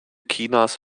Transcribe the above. chinas